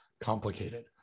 complicated